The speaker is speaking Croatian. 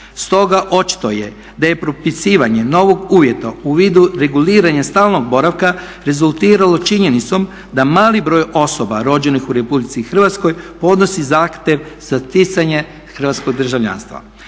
Stoga očito je da je propisivanje novog uvjeta u vidu reguliranja stalnog boravka rezultiralo činjenicom da mali broj osoba rođenih u RH podnosi zahtjev sa stjecanje hrvatskog državljanstva.